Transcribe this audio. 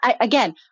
again